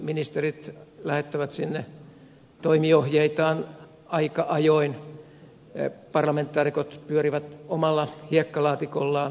ministerit lähettävät sinne toimiohjeitaan aika ajoin parlamentaarikot pyörivät omalla hiekkalaatikollaan